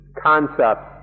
concepts